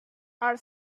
are